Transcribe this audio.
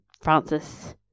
Francis